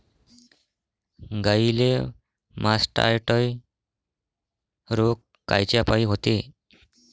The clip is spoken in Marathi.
गाईले मासटायटय रोग कायच्यापाई होते?